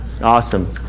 Awesome